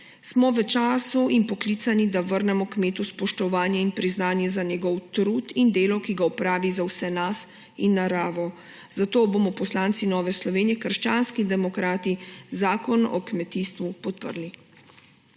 Smo v času in poklicani, da vrnemo kmetu spoštovanje in priznanje za njegov trud in delo, ki ga opravi za vse nas in naravo. Zato bomo poslanci Nove Slovenije – krščanskih demokratov zakon o kmetijstvu podprli.